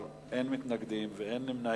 בעד, 14, אין מתנגדים ואין נמנעים.